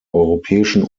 europäischen